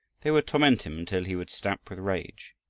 they would torment him until he would stamp with rage.